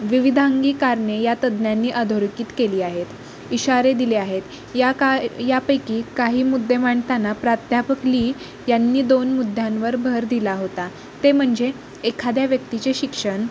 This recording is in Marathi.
विविधांगी कारणे या तज्ज्ञांनी अधोरेखीत केली आहेत इशारे दिले आहेत या का यापैकी काही मुद्दे मांडताना प्राध्यापक ली यांनी दोन मुद्द्यांवर भर दिला होता ते म्हणजे एखाद्या व्यक्तीचे